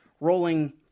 rolling